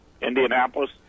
Indianapolis